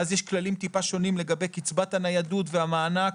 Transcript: ואז יש כללים טיפה שונים לגבי קצבת הניידות והמענק,